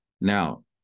Now